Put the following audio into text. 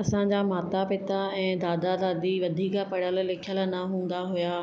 असांजा माता पिता ऐं दादा दादी वधीक पढ़ियल लिखियल न हूंदा हुया